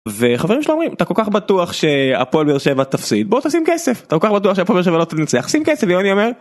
וחברים שאומרים אתה כל כך בטוח שהפועל באר שבע תפסיד בוא תשים כסף. אתה כל כך בטוח שהפועל באר שבע הולכת לנצח, שים כסף. יוני אומר